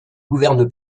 gouverne